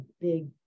big